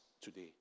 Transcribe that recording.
today